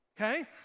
Okay